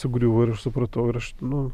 sugriuvo ir aš supratau ir aš nu